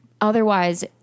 otherwise